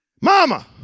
Mama